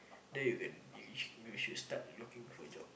there you can you should start looking for job